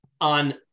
on